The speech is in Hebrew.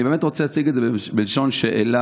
אני רוצה להציג את זה בלשון שאלה,